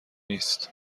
نیست